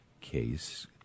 case